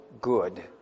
good